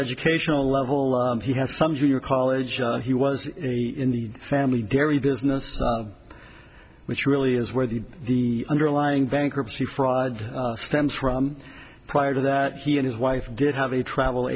educational level he has some junior college he was in the family dairy business which really is where the the underlying bankruptcy fraud stems from prior to that he and his wife did have a travel